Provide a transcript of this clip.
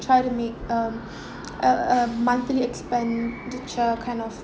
try to make um a um monthly expenditure kind of